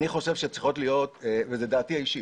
זאת דעתי האישית.